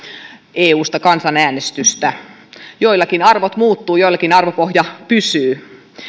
eusta kansanäänestystä joillakin arvot muuttuvat joillakin arvopohja pysyy